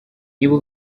niba